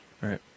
Right